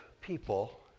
people